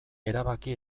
erabaki